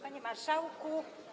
Panie Marszałku!